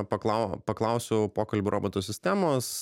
paklau paklausiau pokalbių robotų sistemos